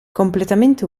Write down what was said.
completamente